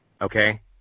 Okay